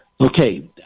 Okay